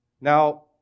Now